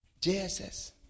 JSS